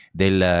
del